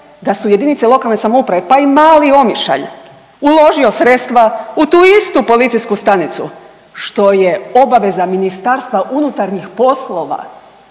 da su jedinice lokalne samouprave pa i mali Omišalj uložio sredstva u tu istu policijsku stanicu što je obaveza MUP-a čija jeste odnosno